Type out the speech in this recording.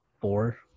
four